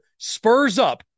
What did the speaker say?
SPURSUP